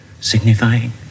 signifying